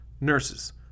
nurses